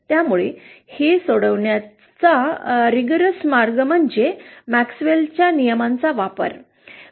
त्यामुळे हे सोडवण्याचा कठोर मार्ग म्हणजे मॅक्सवेलच्या नियमांचा वापर करणे